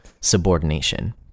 Subordination